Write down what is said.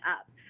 up